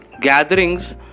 gatherings